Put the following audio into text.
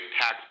tax